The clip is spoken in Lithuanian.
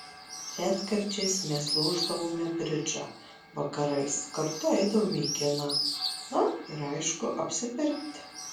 retkarčiais mes lošdavome bridžą vakarais kartu eidavome į kiną na ir aišku apsipirkti